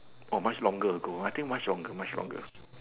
or much longer ago I think much longer much longer